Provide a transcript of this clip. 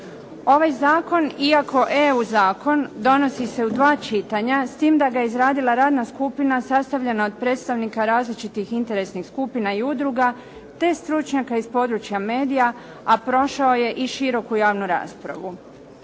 Ovaj zakon, iako EU zakon, donosi se u dva čitanja, s tim da ga je izradila radna skupina sastavljena od predstavnika različitih interesnih skupina i udruga te stručnjaka iz područja medija, a prošao je i široku javnu raspravu.